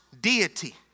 deity